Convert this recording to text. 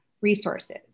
resources